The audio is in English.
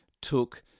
took